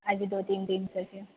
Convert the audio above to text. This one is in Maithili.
आज दो तीन दिन से छै